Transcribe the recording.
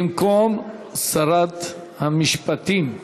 במקום שרת המשפטים.